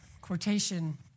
quotation